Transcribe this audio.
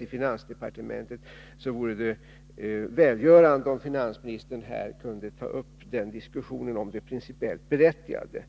i finansdepartementet vore det välgörande om finansministern kunde ta upp en diskussion om det principiellt berättigade.